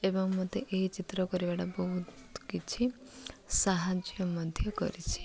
ଏବଂ ମୋତେ ଏହି ଚିତ୍ର କରିବାଟା ବହୁତ କିଛି ସାହାଯ୍ୟ ମଧ୍ୟ କରିଛି